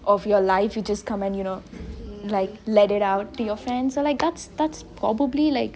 of your life you just come and you know like let it out to your friends like that's that's probably like